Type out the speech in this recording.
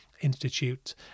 Institute